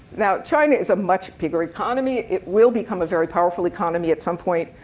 now china is a much bigger economy. it will become a very powerful economy at some point,